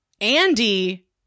Andy